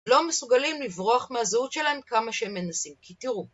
לא מסוגלים לברוח מהזהות שלהם כמה שהם מנסים, כי תראו